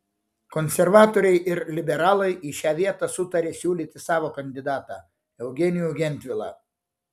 konservatoriai ir liberalai į šią vietą sutarė siūlyti savo kandidatą eugenijų gentvilą